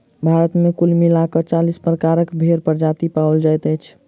भारत मे कुल मिला क चालीस प्रकारक भेंड़क प्रजाति पाओल जाइत अछि